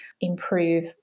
improve